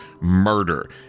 murder